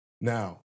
Now